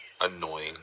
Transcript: annoying